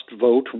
vote